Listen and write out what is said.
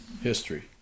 history